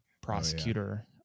prosecutor